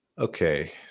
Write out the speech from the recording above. Okay